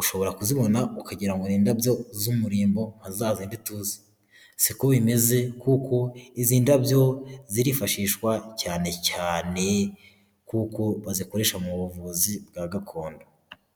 ushobora kuzibona ukagirango indabyo z'umurimbo hazaza imbituze siko bimeze kuko izi ndabyo zirifashishwa cyane cyane kuko bazikoresha mu buvuzi bwa gakondo.